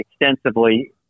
extensively